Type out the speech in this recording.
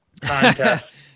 contest